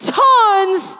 tons